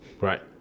Right